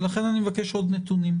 ולכן אני מבקש עוד נתונים.